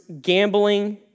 gambling